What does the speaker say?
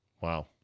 Wow